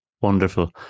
Wonderful